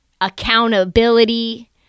accountability